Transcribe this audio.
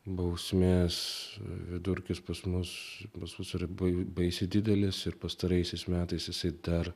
bausmės vidurkis pas mus visus yra ba baisiai didelis ir pastaraisiais metais jisai dar